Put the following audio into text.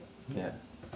ya